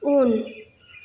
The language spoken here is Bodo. उन